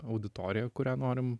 auditoriją kurią norim